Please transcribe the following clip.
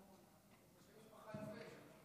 חבריי חברי הכנסת,